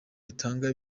gitanga